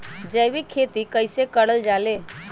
जैविक खेती कई से करल जाले?